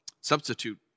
substitute